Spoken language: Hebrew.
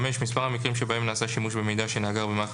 מספר המקרים שבהם נעשה שימוש במידה שנאגר במערכת